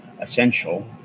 essential